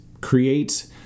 create